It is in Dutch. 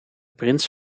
prins